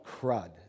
crud